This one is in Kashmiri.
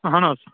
اَہَن حظ